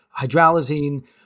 hydralazine